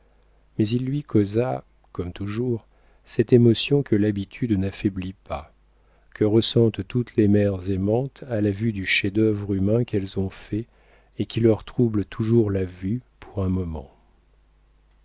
mais il lui causa comme toujours cette émotion que l'habitude n'affaiblit pas que ressentent toutes les mères aimantes à la vue du chef-d'œuvre humain qu'elles ont fait et qui leur trouble toujours la vue pour un moment